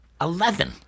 Eleven